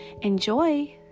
enjoy